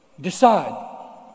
Decide